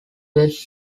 west